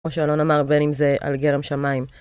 או שלא נאמר בין אם זה על גרם שמיים.